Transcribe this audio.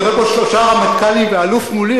אני רואה פה שלושה רמטכ"לים ואלוף מולי,